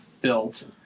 built